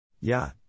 Ja